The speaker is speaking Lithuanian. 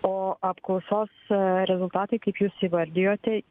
o apklausos rezultatai kaip jūs įvardijote